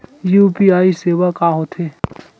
UPI सेवा का होथे?